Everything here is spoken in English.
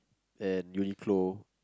and Uniqlo